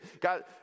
God